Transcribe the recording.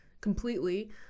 completely